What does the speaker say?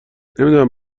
نمیدونم